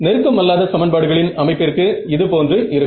நெருக்கம் அல்லாத சமன்பாடுகளின் அமைப்பிற்கு இதுபோன்று இருக்கும்